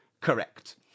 correct